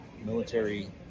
military